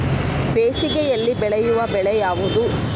ಬೇಸಿಗೆಯಲ್ಲಿ ಬೆಳೆಯುವ ಬೆಳೆ ಯಾವುದು?